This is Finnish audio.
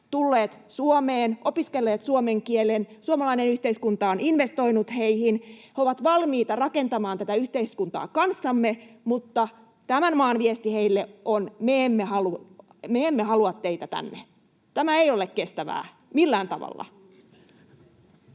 tulleet Suomeen, opiskelleet suomen kielen, ja suomalainen yhteiskunta on investoinut heihin. He ovat valmiita rakentamaan tätä yhteiskuntaa kanssamme, mutta tämän maan viesti heille on: me emme halua teitä tänne. Tämä ei ole kestävää, millään tavalla.